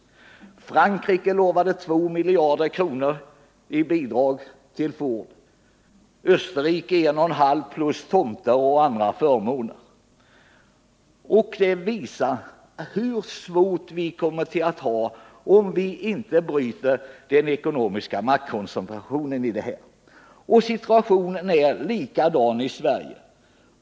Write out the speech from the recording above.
Nu blev den inte av, men Frankrike lovade ett bidrag på 2 miljarder kr., Österrike 1,5 miljarder plus tomter och andra förmåner. Detta visar hur svårt vi kommer att få om vi inte bryter den ekonomiska maktkoncentrationen. Situationen är likadan i Sverige.